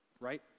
Right